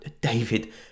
David